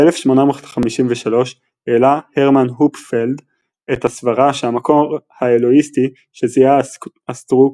ב-1853 העלה הרמן הופפלד את הסברה שהמקור האלוהיסטי שזיהה אסטרוק